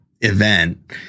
event